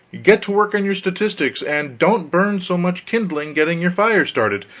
get to work on your statistics, and don't burn so much kindling getting your fire started.